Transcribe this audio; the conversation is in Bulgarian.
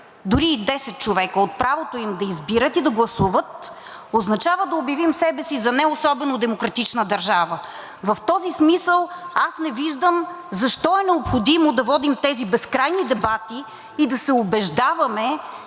дори и 10 човека от правото им да избират и да гласуват, означава да обявим себе си за не особено демократична държава. В този смисъл аз не виждам защо е необходимо да водим тези безкрайни дебати и да се убеждаваме,